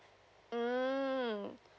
mmhmm